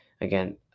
Again